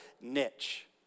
niche